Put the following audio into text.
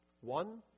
one